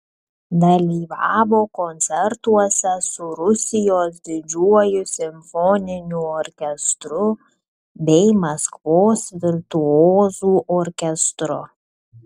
dalyvavo koncertuose su rusijos didžiuoju simfoniniu orkestru bei maskvos virtuozų orkestru